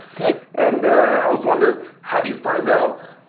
okay. and i was wondering how do you find out